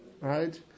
right